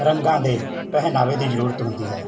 ਰੰਗਾਂ ਦੇ ਪਹਿਨਾਵੇ ਦੀ ਜਰੂਰਤ ਹੁੰਦੀ ਹੈ